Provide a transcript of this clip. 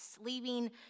leaving